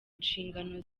nshingano